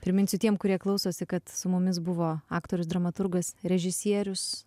priminsiu tiem kurie klausosi kad su mumis buvo aktorius dramaturgas režisierius